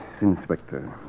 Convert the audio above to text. Inspector